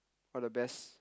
all the best